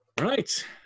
Right